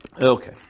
Okay